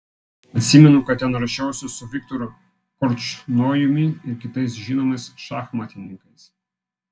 atsimenu kad ten ruošiausi su viktoru korčnojumi ir kitais žinomais šachmatininkais